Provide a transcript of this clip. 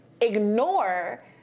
ignore